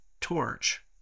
torch